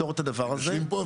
הם יושבים פה,